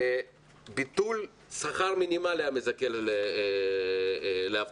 ביטול שכר מינימלי המזכה לאבטלה.